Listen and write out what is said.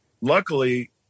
luckily